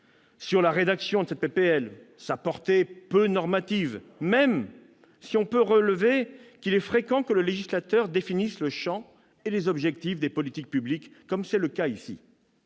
proposition de loi et sa portée peu normative, même si l'on peut relever qu'il est fréquent que le législateur définisse le champ et les objectifs des politiques publiques, comme c'est le cas ici.